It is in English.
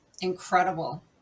incredible